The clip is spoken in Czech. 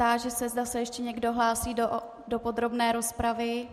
Táži se, zda se ještě někdo hlásí do podrobné rozpravy.